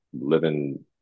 living